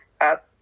up